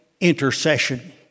intercession